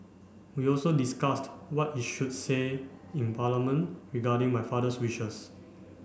we also discussed what is should say in Parliament regarding my father's wishes